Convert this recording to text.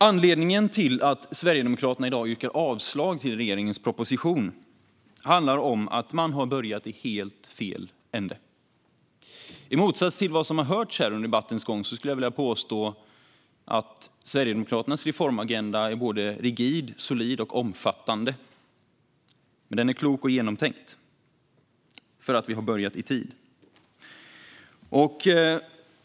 Anledningen till att Sverigedemokraterna i dag yrkar avslag på regeringens proposition är att man har börjat i helt fel ände. I motsats till vad som har hörts under debattens gång skulle jag vilja påstå att Sverigedemokraternas reformagenda är rigid, solid och omfattande. Men den är klok och genomtänkt, för vi har börjat i tid.